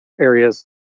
areas